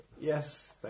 yes